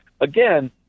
again